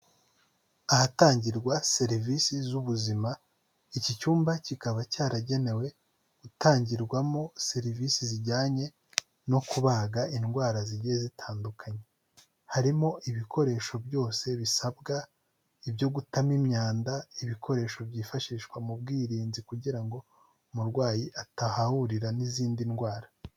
Ahatangirwa serivisi z'ubuzima, iki cyumba kikaba cyaragenewe gutangirwamo serivisi zijyanye no kubaga indwara zijye zitandukanye, harimo ibikoresho byose bisabwa ibyo gutamo imyanda, ibikoresho byifashishwa mu bwirinzi kugira ngo umurwayi atahahurira n'izindi ndwara.